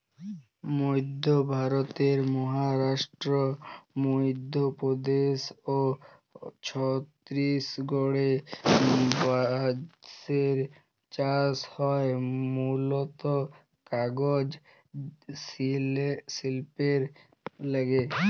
মইধ্য ভারতের মহারাস্ট্র, মইধ্যপদেস অ ছত্তিসগঢ়ে বাঁসের চাস হয় মুলত কাগজ সিল্পের লাগ্যে